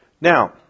Now